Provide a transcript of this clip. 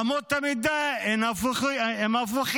אמות המידה הן הפוכות?